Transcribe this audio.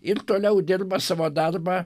ir toliau dirba savo darbą